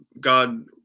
God